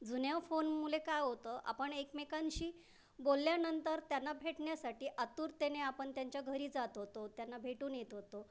जुन्या फोनमुळे काय होतं आपण एकमेकांशी बोलल्यानंतर त्यांना भेटण्यासाठी आतुरतेने आपण त्यांच्या घरी जात होतो त्यांना भेटून येत होतो